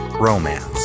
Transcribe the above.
romance